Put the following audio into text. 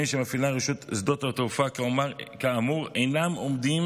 שמפעילה רשות שדות התעופה כאמור אינם עומדים,